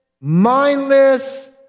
mindless